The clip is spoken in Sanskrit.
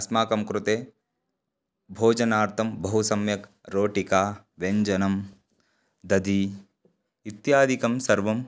अस्माकं कृते भोजनार्थं बहु सम्यक् रोटिका व्यञ्जनं दधि इत्यादिकं सर्वम्